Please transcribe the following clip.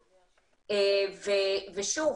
ושוב,